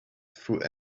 through